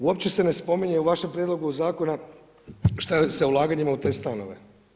Uopće se ne spominje u vašem prijedlogu zakona što je sa ulaganjima u te stanove.